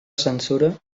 censura